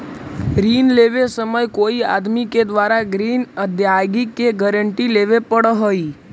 ऋण लेवे समय कोई आदमी के द्वारा ग्रीन अदायगी के गारंटी लेवे पड़ऽ हई